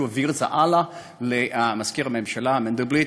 שהעביר את זה הלאה למזכיר הממשלה מנדלבליט,